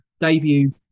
debut